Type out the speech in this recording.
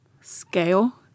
scale